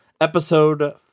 episode